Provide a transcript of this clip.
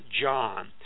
John